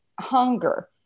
hunger